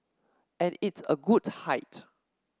and it's a good height